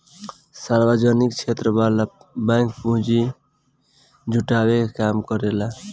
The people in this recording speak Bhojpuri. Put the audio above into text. सार्वजनिक क्षेत्र वाला बैंक पूंजी जुटावे के काम करेला